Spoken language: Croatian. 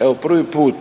evo prvi put